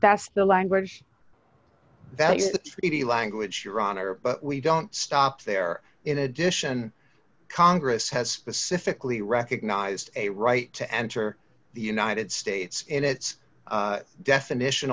that's the language that's the treaty language your honor but we don't stop there in addition congress has specifically recognized a right to enter the united states and it's definition